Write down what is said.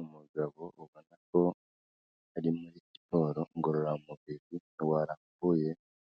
Umugabo ubona ko ari muri siporo ngororamubiri warambuye